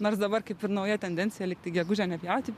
nors dabar kaip ir nauja tendencija lygtai gegužę nepjauti